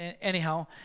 Anyhow